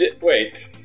Wait